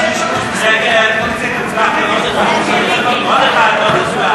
מי נמנע?